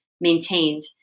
maintained